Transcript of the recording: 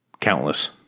Countless